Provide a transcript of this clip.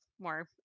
more